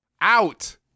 Out